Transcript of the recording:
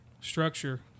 structure